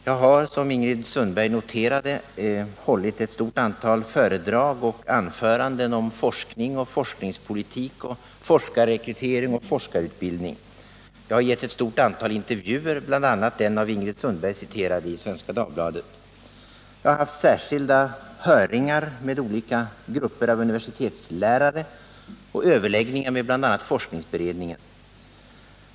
Jag har, som Ingrid Sundberg noterade, hållit ett stort antal föredrag och anföranden om forskning, forskningspolitik, forskarrekrytering och forskarutbildning. Jag har givit ett stort antal intervjuer, bl.a. den av Ingrid Sundberg citerade i Svenska Dagbladet. Jag har haft särskilda hörningar med grupper av universitetslärare och överläggningar med bl.a. forskningsberedningen.